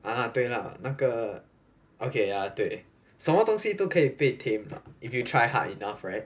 ah 对 lah 那个 okay ya 对什么东西都可以被 tame 吧 if you try hard enough right